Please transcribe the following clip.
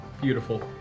Beautiful